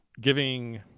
giving